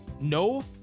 no